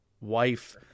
wife